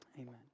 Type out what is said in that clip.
Amen